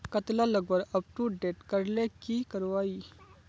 कतला लगवार अपटूडेट करले की करवा ई?